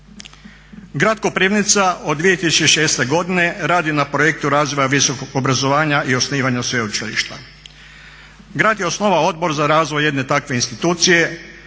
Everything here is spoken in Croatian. Grad Koprivnica od 2006. godine radi na projektu razvoja visokog obrazovanja i osnivanja sveučilišta. Grad je osnovao Odbor za razvoj jedne takve institucije,